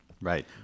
Right